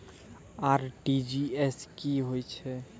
RTGS की होय छै?